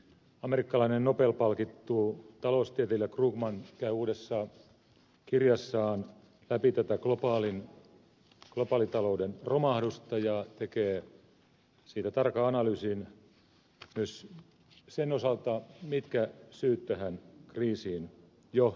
amerikkalainen nobel palkittu taloustieteilijä krugman käy uudessa kirjassaan läpi tätä globaalitalouden romahdusta ja tekee siitä tarkan analyysin myös sen osalta mitkä syyt tähän kriisiin johtivat